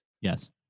Yes